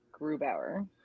Grubauer